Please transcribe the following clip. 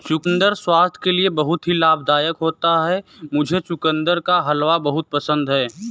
चुकंदर स्वास्थ्य के लिए बहुत ही लाभदायक होता है मुझे चुकंदर का हलवा बहुत पसंद है